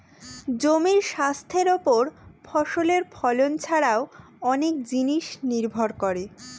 জমির স্বাস্থ্যের ওপর ফসলের ফলন ছারাও অনেক জিনিস নির্ভর করে